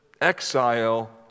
exile